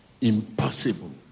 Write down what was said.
impossible